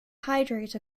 hydrate